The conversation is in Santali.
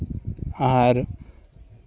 ᱟᱨ